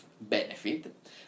benefit